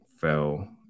fell